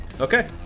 Okay